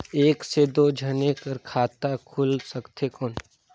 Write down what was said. एक से दो जने कर खाता खुल सकथे कौन?